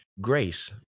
Grace